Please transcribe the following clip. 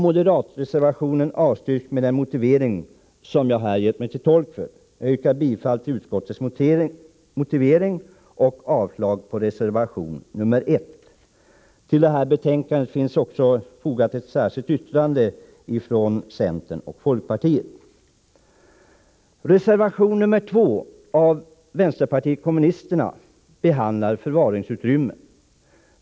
Moderatreservationen avstyrks med den motivering som jag här har gjort mig till tolk för. Jag yrkar bifall till utskottets hemställan och avslag på reservation nr 1. Till detta betänkande finns även fogat ett särskilt yttrande från centern och folkpartiet. Reservation nr 2 från vänsterpartiet kommunisterna behandlar förvaringsutrymmen.